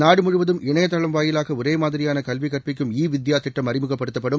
நாடு முழுவதும் இணையதளம் வாயிலாக ஒரே மாதிரியான கல்வி கற்பிக்கும் இ வித்யா திட்டம் அறிமுகப்படுத்தப்படும்